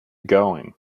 going